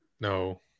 No